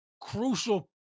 crucial